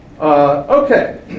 Okay